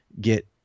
get